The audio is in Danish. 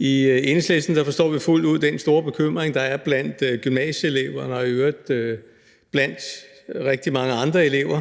I Enhedslisten forstår vi fuldt ud den store bekymring, der er blandt gymnasieelever, og i øvrigt blandt rigtig mange andre elever,